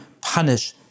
punish